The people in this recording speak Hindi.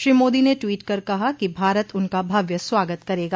श्री मोदी ने ट्वीट कर कहा कि भारत उनका भव्य स्वागत करेगा